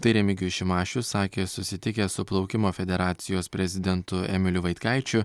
tai remigijus šimašius sakė susitikęs su plaukimo federacijos prezidentu emiliu vaitkaičiu